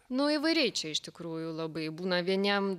nu įvairiai čia iš tikrųjų labai būna vieniem